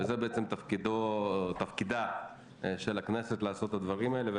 ובעצם תפקידה של הכנסת לעשות את הדברים האלה.